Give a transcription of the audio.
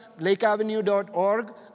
lakeavenue.org